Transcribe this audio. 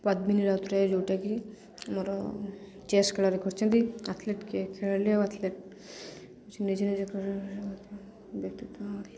ପଦ୍ମିନୀ ରାଉତରାୟ ଯେଉଁଟାକି ଆମର ଚେସ୍ ଖେଳରେ କରିଛନ୍ତି ଆଥଲେଟ୍ ଖେଳାଳି ଆଉ ଆଥଲେଟ୍ ନିଜ ନିଜ